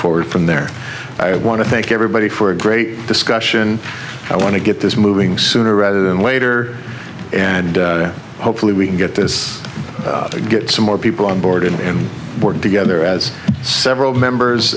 forward from there i want to thank everybody for a great discussion i want to get this moving sooner rather than later and hopefully we can get this get some more people on board and board together as several members